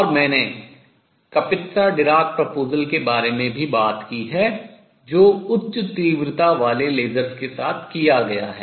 और मैंने Kapitsa Dirac प्रस्ताव के बारे में भी बात की है जो उच्च तीव्रता वाले laser लेजर के साथ किया गया है